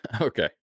Okay